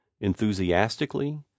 enthusiastically